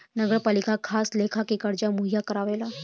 नगरपालिका खास लेखा के कर्जा मुहैया करावेला